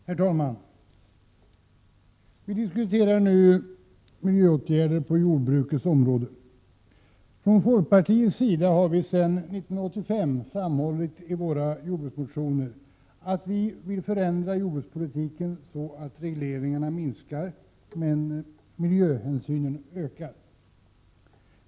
Herr talman! Vi diskuterar nu miljöåtgärder på jordbrukets område. Vi har från folkpartiets sida sedan 1985 i våra jordbruksmotioner framhållit att vi vill förändra jordbrukspolitiken på ett sådant sätt att regleringarna minskar men miljöhänsynen ökar.